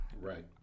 Right